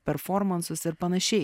performansus ir panašiai